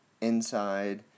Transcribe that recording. inside